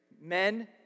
men